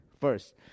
First